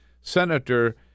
Senator